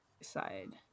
side